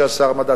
שהיה שר המדע,